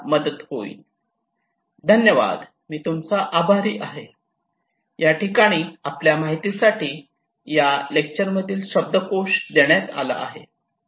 मला आशा आहे याची तुम्हाला मदत होईल